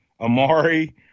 Amari